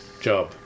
job